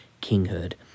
kinghood